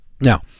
Now